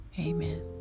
amen